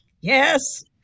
Yes